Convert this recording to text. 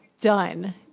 done